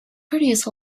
produced